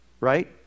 Right